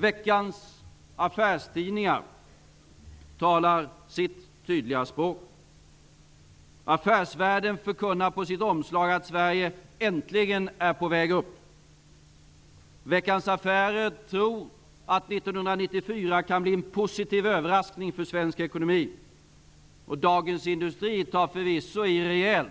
Veckans affärstidningar talar sitt tydliga språk. Affärsvärlden förkunnar på sitt omslag att Sverige äntligen är på väg upp. Veckans Affärer tror att 1994 kan bli en positiv överraskning för svensk ekonomi. Dagens Industri tar förvisso i rejält